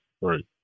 right